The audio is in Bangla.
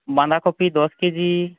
বাঁধাকপি দশ কেজি